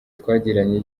twagiranye